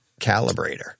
calibrator